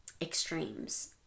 extremes